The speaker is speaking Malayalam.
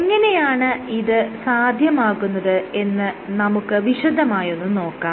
എങ്ങനെയാണ് ഇത് സാധ്യമാകുന്നത് എന്ന് നമുക്ക് വിശദമായൊന്ന് നോക്കാം